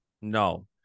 No